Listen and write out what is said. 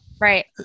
Right